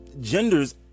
genders